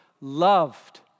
loved